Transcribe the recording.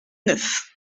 neuf